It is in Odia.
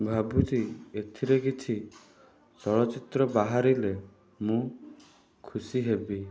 ଭାବୁଛି ଏଥିରେ କିଛି ଚଳଚ୍ଚିତ୍ର ବାହାରିଲେ ମୁଁ ଖୁସି ହେବି